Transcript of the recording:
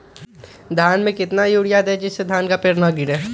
धान में कितना यूरिया दे जिससे धान का पेड़ ना गिरे?